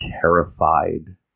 terrified